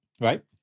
Right